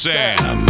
Sam